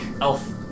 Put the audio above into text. elf